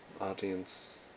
audience